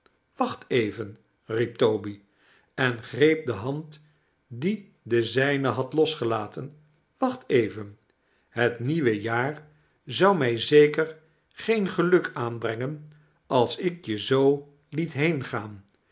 wacht even riep toby en greep de hand die de zijne had losgelaten wacht even het nieuwe jaar zou mij zeker geen geluk aanbrengen als ik je zoo liet